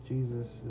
Jesus